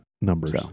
numbers